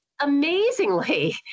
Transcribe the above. amazingly